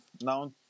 now